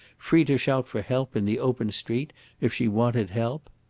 free to shout for help in the open street if she wanted help.